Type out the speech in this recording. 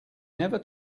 never